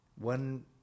One